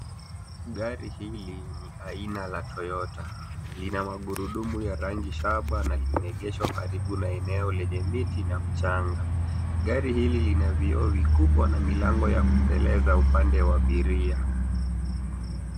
Gari hili ni aina la Toyota lina magurudumu ya rangi shaba na limeegeshwa karibu na eneo lenye miti na mchanga. Gari hili lina vioo vikubwa na milango ya kuteleza upande wa abiria.